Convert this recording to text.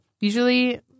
Usually